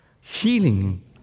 Healing